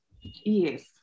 yes